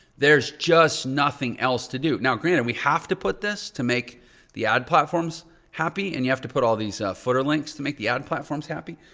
there's just nothing else to do. now granted, we have to put this to make the ad platforms happy and you have to put all these footer links to make the ad platforms happy.